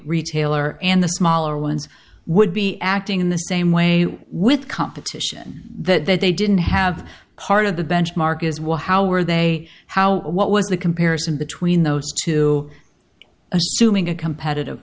retailer and the smaller ones would be acting in the same way with competition that they didn't have part of the benchmark is well how were they how what was the comparison between those two assuming a competitive